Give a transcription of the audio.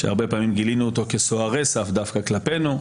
שהרבה פעמים גילינו אותו כסוהרי סף דווקא כלפינו,